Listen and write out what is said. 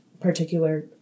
particular